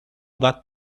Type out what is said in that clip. that